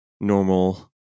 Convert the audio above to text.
normal